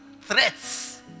threats